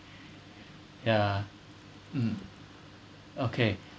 ya mm okay